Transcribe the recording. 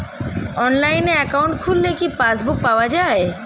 অনলাইনে একাউন্ট খুললে কি পাসবুক পাওয়া যায়?